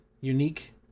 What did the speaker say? unique